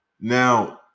Now